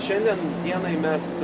šiandien dienai mes